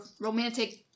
romantic